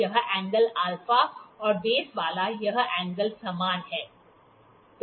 तो यह एंगल α और बेस वाला यह एंगल समान है